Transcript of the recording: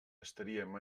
estaríem